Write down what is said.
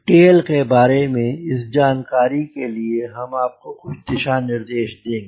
tell के बारे इस जानकारी के लिए हम आपको कुछ दिशा निर्देश देंगे